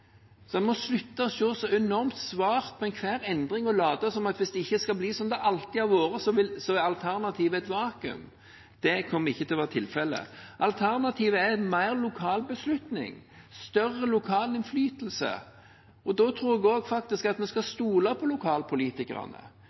så enormt svart på enhver endring og late som at hvis det ikke skal bli som det alltid har vært, er alternativet et vakuum. Det kommer ikke til å være tilfellet. Alternativet er mer lokal beslutning og større lokal innflytelse, og da tror jeg også at vi faktisk skal stole på lokalpolitikerne.